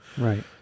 right